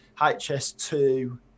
HS2